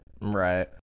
Right